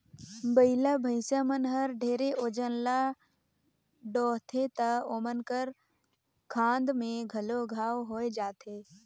बइला, भइसा मन हर ढेरे ओजन ल डोहथें त ओमन कर खांध में घलो घांव होये जाथे